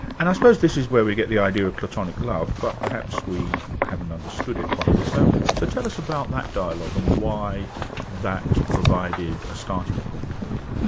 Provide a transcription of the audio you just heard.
and i suppose this is where we get the idea of platonic love, but perhaps we haven't understood it properly. so so tell us about that dialogue and um why that provided a starting point for you.